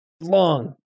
long